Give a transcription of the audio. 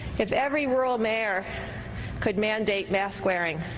if every rural mayor could mandate mask wearing,